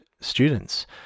students